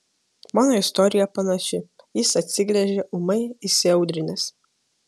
mano istorija panaši jis atsigręžė ūmai įsiaudrinęs